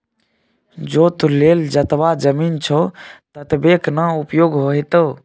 जोत लेल जतबा जमीन छौ ततबेक न उपयोग हेतौ